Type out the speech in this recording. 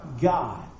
God